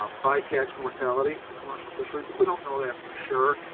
ah by-catch mortality, the commercial fishery, but we don't know that for sure.